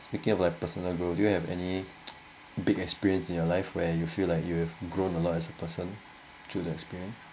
speaking of like personal growth do you have any big experience in your life where you feel like you have grown a lot as a person through the experience